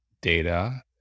data